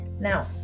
Now